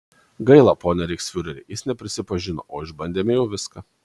gaila pone reichsfiureri jis neprisipažino o išbandėme jau viską